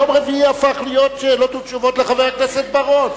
יום רביעי הפך להיות שאלות ותשובות לחבר הכנסת בר-און.